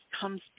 comes